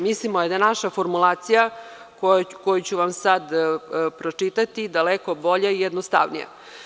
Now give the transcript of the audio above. Mislimo da je naša formulacija, koju ću vam sad pročitati, daleko bolja i jednostavnija.